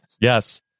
Yes